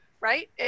right